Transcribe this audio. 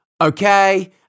Okay